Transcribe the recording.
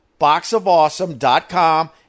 boxofawesome.com